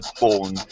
born